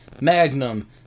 Magnum